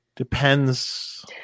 depends